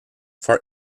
for